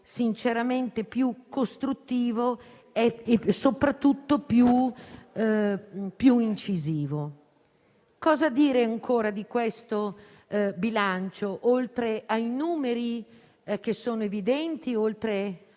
sinceramente più costruttivo e soprattutto più incisivo. Cosa dire, ancora, di questo bilancio, oltre ai numeri che sono evidenti, alle